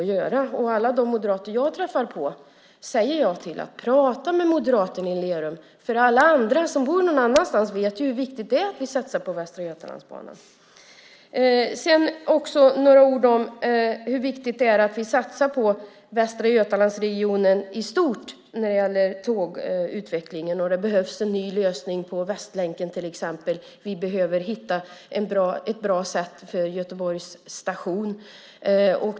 Till alla moderater jag träffar på säger jag att de ska prata med moderaterna i Lerum. Alla som vet någon annanstans vet hur viktigt det är att vi satsar på Västra stambanan. Sedan vill jag säga några ord om hur viktigt det är att vi satsar på tågutvecklingen i Västra Götalandsregionen i stort. Det behövs en ny lösning när det gäller Västlänken, till exempel. Vi behöver hitta en bra utformning för Göteborgs station.